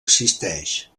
existeix